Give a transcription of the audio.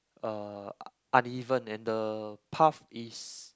uh uneven and the path is